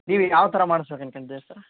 ನೀವು ಈಗ ಯಾವ ಥರ ಮಾಡ್ಸ್ಬೇಕು ಅನ್ಕಂಡೀರಿ ಸರ್